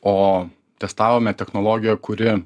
o testavome technologiją kuri